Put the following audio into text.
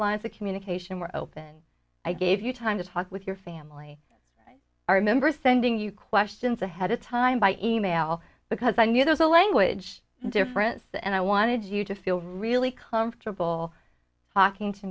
lines of communication were open i gave you time to talk with your family or remember sending you questions ahead of time by e mail because i knew there's a language difference and i wanted you to feel really comfortable talking to